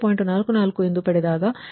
44 ಆಗಿ ಪಡೆಯುತ್ತೀರಿ